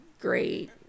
great